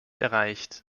erreicht